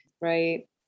Right